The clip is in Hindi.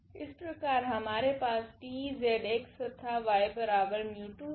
इस प्रकार हमारे पास t z x तथा y 𝜇2 है